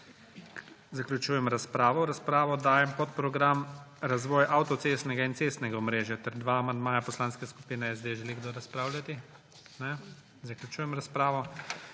Zaključujem razpravo. V razpravo dajem podprogram Razvoj avtocestnega in cestnega omrežja ter dva amandmaja Poslanske skupine SD. Želi kdo razpravljati? Ne. Zaključujem razpravo.